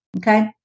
Okay